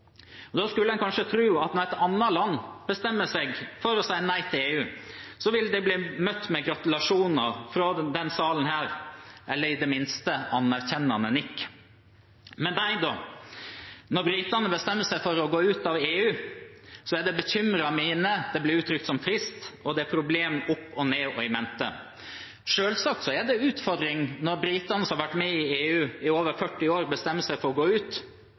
Da skulle en kanskje tro at når et annet land bestemmer seg for å si nei til EU, ville det bli møtt med gratulasjoner fra denne sal, eller i det minste anerkjennende nikk. Men nei, da – når britene bestemmer seg for å gå ut av EU, er det bekymrede miner, det blir uttrykt at det er trist, og det er problemer opp og i mente. Selvsagt er det en utfordring når britene, som har vært med i EU i over 40 år, bestemmer seg for å gå ut,